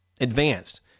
advanced